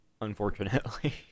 unfortunately